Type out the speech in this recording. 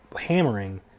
hammering